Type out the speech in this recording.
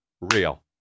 Real